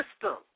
system